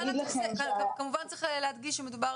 כמובן צריך להדגיש שמדובר